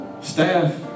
staff